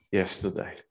yesterday